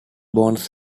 bonds